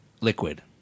liquid